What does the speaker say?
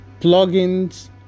plugins